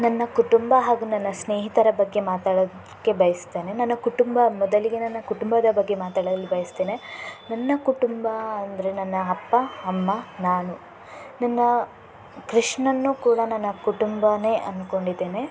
ನನ್ನ ಕುಟುಂಬ ಹಾಗೂ ನನ್ನ ಸ್ನೇಹಿತರ ಬಗ್ಗೆ ಮಾತಾಡೋಕ್ಕೆ ಬಯಸ್ತೇನೆ ನನ್ನ ಕುಟುಂಬ ಮೊದಲಿಗೆ ನನ್ನ ಕುಟುಂಬದ ಬಗ್ಗೆ ಮಾತಾಡಲು ಬಯಸ್ತೇನೆ ನನ್ನ ಕುಟುಂಬ ಅಂದರೆ ನನ್ನ ಅಪ್ಪ ಅಮ್ಮ ನಾನು ನನ್ನ ಕೃಷ್ಣನ್ನೂ ಕೂಡ ನನ್ನ ಕುಟುಂಬವೇ ಅನ್ಕೊಂಡಿದ್ದೇನೆ